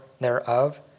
thereof